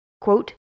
Quote